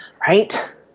Right